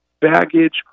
baggage